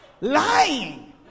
Lying